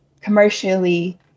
commercially